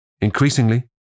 Increasingly